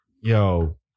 Yo